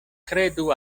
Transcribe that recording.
kredu